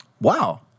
Wow